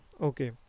Okay